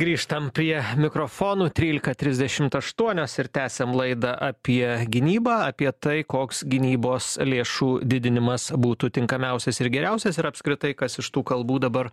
grįžtam prie mikrofonų trylika trisdešimt aštuonios ir tęsiam laidą apie gynybą apie tai koks gynybos lėšų didinimas būtų tinkamiausias ir geriausias ir apskritai kas iš tų kalbų dabar